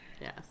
Yes